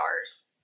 hours